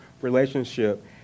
relationship